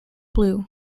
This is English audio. blue